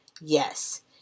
Yes